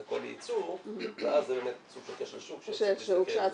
הכל לייצוא ואז זה באמת סוג של כשל שוק -- יש אפשרות שאז